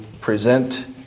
present